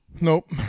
Nope